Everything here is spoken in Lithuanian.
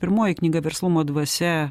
pirmoji knyga verslumo dvasia